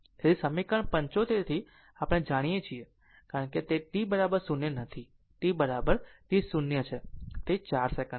તેથી સમીકરણ 75 થી આપણે આને જાણીએ છીએ કારણ કે તે t 0 નથી t બરાબર t t 0 છે જે 4 સેકંડ છે